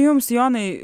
jums jonai